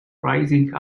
rising